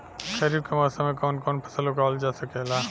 खरीफ के मौसम मे कवन कवन फसल उगावल जा सकेला?